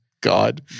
God